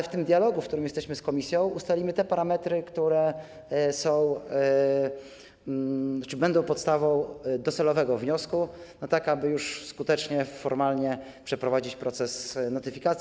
W tym dialogu, w którym jesteśmy z Komisją, ustalimy te parametry, które będą podstawą docelowego wniosku, tak aby już skutecznie, formalnie przeprowadzić proces notyfikacji.